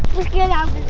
let's get out